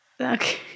Okay